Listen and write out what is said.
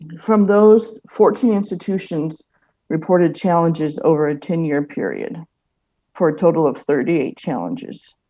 from those, fourteen institutions reported challenges over a ten-year period for a total of thirty eight challenges.